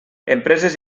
empreses